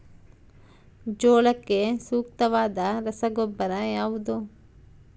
ಜೋಳಕ್ಕೆ ಸೂಕ್ತವಾದ ರಸಗೊಬ್ಬರ ಯಾವುದು?